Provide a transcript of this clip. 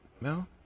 No